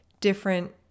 different